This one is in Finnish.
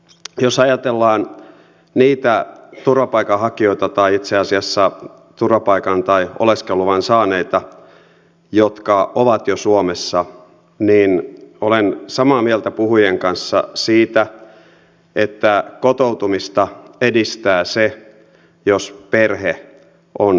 jos ajatellaan niitä turvapaikanhakijoita tai itse asiassa turvapaikan tai oleskeluluvan saaneita jotka ovat jo suomessa niin olen samaa mieltä puhujien kanssa siitä että kotoutumista edistää se jos perhe on mukana